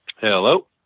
Hello